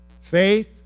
Faith